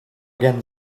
again